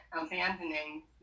abandoning